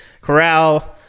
Corral